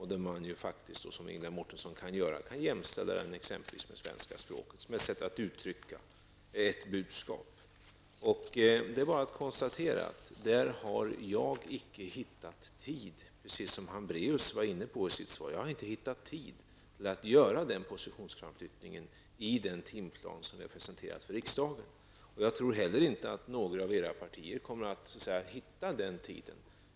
Man kan faktiskt jämställa bilden med t.ex. svenska språket som ett sätt att uttrycka ett budskap, som Ingela Mårtensson gör. Det är bara att konstatera att jag inte har hittat tid för detta, precis som Birgitta Hambraeus var inne på i sitt inlägg. Jag har inte hittat tid till att göra den positionsframflyttningen i den timplan som vi har presenterat för riksdagen. Jag tror inte heller att något av era partier kommer att hitta den tiden.